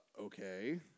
Okay